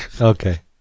Okay